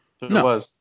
No